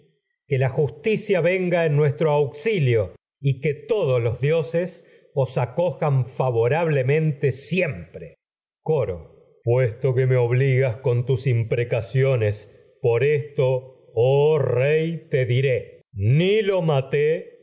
que los la justicia os venga vuestro auxilio y que todos dioses acorran favorablemente siempre coro puesto que me obligas con tus imprecacio nes por esto oh rey te diré ni lo maté